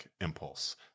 impulse